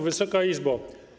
Wysoka Izbo!